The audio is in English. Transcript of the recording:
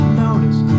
notice